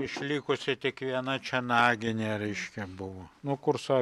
išlikusi tik viena čia naginė reiškia buvo nu kur su